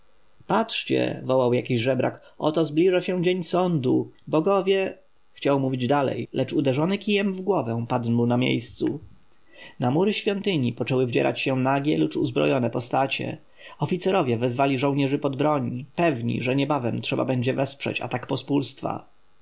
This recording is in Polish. patrzcie wołał jakiś żebrak oto zbliża się dzień sądu bogowie chciał mówić dalej lecz uderzony kijem w głowę padł na miejscu na mury świątyni poczęły wdzierać się nagie lecz uzbrojone postacie oficerowie wezwali żołnierzy pod broń pewni że niebawem trzeba będzie wesprzeć atak pospólstwa